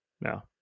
No